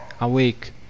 Awake